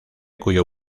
cuyo